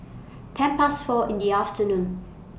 ten Past four in The afternoon